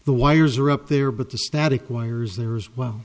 the wires are up there but the static wires there as well